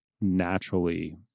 naturally